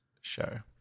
show